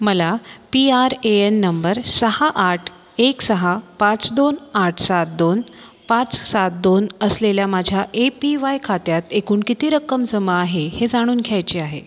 मला P R A N नंबर सहा आठ एक सहा पाच दोन आठ सात दोन पाच सात दोन असलेल्या माझ्या ए पी वाय खात्यात एकूण किती रक्कम जमा आहे हे जाणून घ्यायचे आहे